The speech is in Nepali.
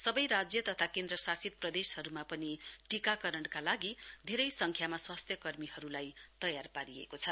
सबै राज्य तथा केन्द्रशासित प्रदेशहरूमा पनि टीकाकरणका लागि धेरै संख्यामा स्वास्थ्यकर्मीहरूलाई तयार पारिएको छ